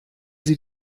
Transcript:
sie